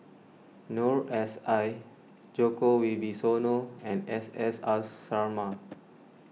Noor S I Djoko Wibisono and S S R Sarma